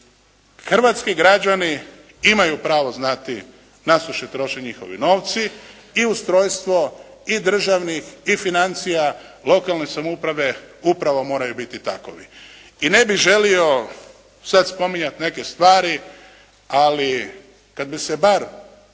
hrvatski građani imaju pravo znati na što se troše njihovi novci i ustrojstvo i državnih i financija lokalne samouprave upravo moraju biti takovi. I ne bih želio sad spominjati neke stvari, ali kad bi se bar